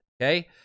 Okay